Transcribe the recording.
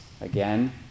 again